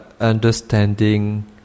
understanding